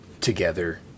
together